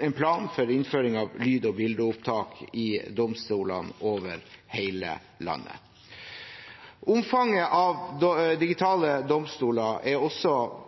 en plan for innføring av lyd- og bildeopptak i domstolene over hele landet. Omfanget av Digitale domstoler er også